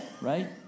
right